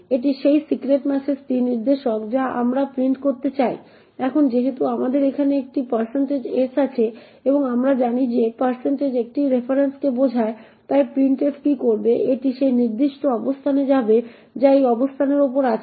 এটি সেই সিক্রেট ম্যাসেজটির নির্দেশক যা আমরা প্রিন্ট করতে চাই এখন যেহেতু আমাদের এখানে একটি s আছে এবং আমরা জানি যে একটি রেফারেন্সকে বোঝায় তাই printf কি করবে এটি সেই নির্দিষ্ট অবস্থানে যাবে যা এই অবস্থানের উপরে আছে